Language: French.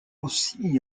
aussi